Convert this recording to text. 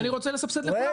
ואני רוצה לסבסד לכולם,